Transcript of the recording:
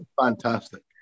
Fantastic